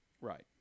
right